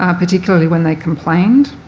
um particularly when they complained.